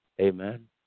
Amen